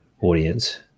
audience